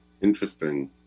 Interesting